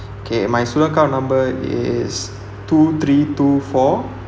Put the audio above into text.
okay my student account number is two three two four